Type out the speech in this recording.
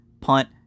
punt